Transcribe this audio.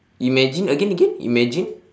imagine again again imagine